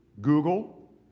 Google